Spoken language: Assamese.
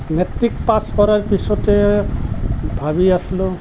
মেট্ৰিক পাছ কৰাৰ পিছত ভাবি আছিলোঁ